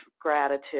gratitude